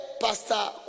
Pastor